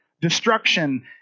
Destruction